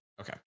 okay